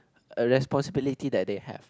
uh responsibilities that they have